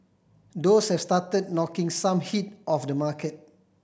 those have started knocking some heat off the market